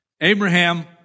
Abraham